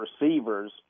receivers